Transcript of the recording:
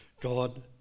God